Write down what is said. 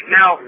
Now